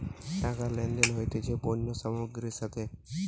টাকা লেনদেন হতিছে পণ্য সামগ্রীর সাথে